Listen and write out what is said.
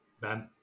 Ben